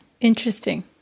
Interesting